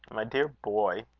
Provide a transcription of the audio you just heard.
my dear boy,